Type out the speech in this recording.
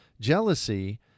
Jealousy